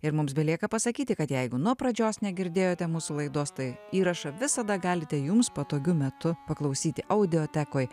ir mums belieka pasakyti kad jeigu nuo pradžios negirdėjote mūsų laidos tai įrašą visada galite jums patogiu metu paklausyti audiotekoj